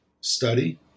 study